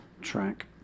track